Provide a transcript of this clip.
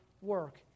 work